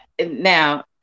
Now